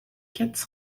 quatre